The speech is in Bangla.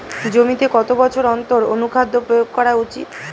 জমিতে কত বছর অন্তর অনুখাদ্য প্রয়োগ করা উচিৎ?